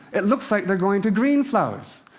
it looks like they're going to green flowers.